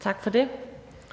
Tak for det.